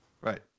Right